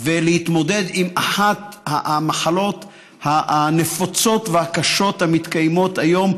ולהתמודד עם אחת המחלות הנפוצות והקשות היום,